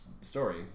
story